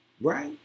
right